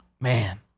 man